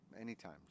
Anytime